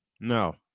No